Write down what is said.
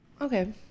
okay